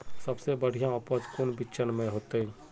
सबसे बढ़िया उपज कौन बिचन में होते?